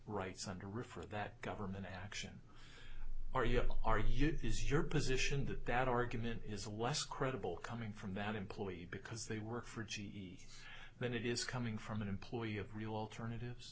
rights under refer that government action are you are you is your position that that argument is less credible coming from that employee because they work for g e than it is coming from an employee of real alternatives